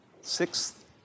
sixth